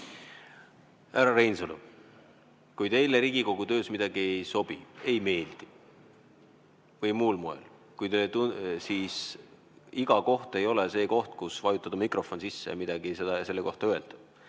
Härra Reinsalu, kui teile Riigikogu töös miski ei sobi, ei meeldi või muul moel tundub vale, siis iga koht ei ole õige koht, kus vajutada mikrofon sisse ja midagi selle kohta öelda.